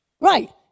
Right